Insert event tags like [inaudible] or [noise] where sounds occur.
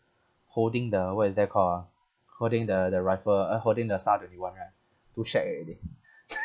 holding the what is that call ah holding the the rifle uh holding the SAR twenty one right too shag already [laughs]